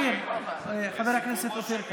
חבר הכנסת אופיר כץ.